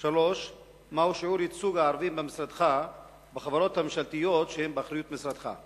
3. מהו שיעור ייצוג הערבים במשרדך ובחברות הממשלתיות שהן באחריות משרדך?